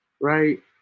right